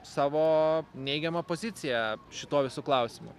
savo neigiamą poziciją šituo visu klausimu